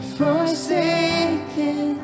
forsaken